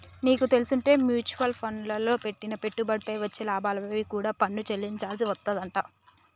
నీకు తెల్సుంటే మ్యూచవల్ ఫండ్లల్లో పెట్టిన పెట్టుబడిపై వచ్చే లాభాలపై కూడా పన్ను చెల్లించాల్సి వత్తదంట